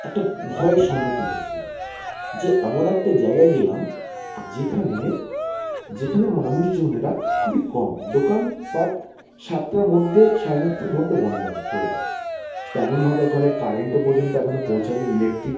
একটা ভয়ের সম্মুখীন হয়েছিলাম যে এমন একটা জায়গায় গেলাম যেখানে যেখানে মানুষজনেরা খুবই কম দোকানপাট সাতটার মধ্যে সাড়ে সাতটার মধ্যে বন্ধ করে দেয় তেমনভাবে ওখানে কারেন্টও পর্যন্ত এখনো পৌঁছায় নি ইলেকট্রিক